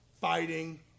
fighting